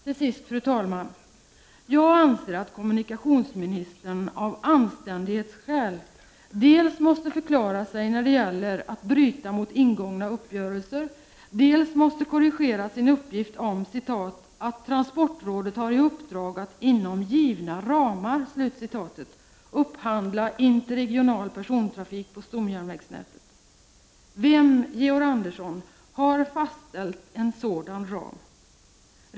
Till sist, fru talman, anser jag att kommunikationsministern av anständighetsskäl dels måste förklara sig när det gäller brott mot ingångna uppgörelser, dels måste korrigera sin uppgift om ”att transportrådet har i uppdrag att inom givna ramar” upphandla interregional persontrafik på stomjärnvägsnätet. Vem, Georg Andersson, har fastställt en sådan ram?